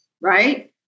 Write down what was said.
right